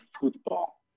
football